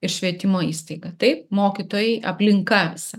ir švietimo įstaiga taip mokytojai aplinka visa